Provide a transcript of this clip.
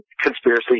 conspiracy